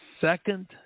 second